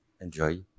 Enjoy